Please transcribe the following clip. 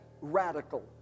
radical